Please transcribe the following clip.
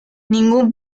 ningún